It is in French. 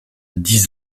dix